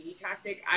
tactic